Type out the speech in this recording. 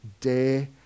day